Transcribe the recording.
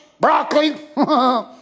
broccoli